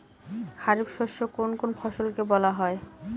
খারিফ শস্য কোন কোন ফসলকে বলা হয়?